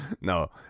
No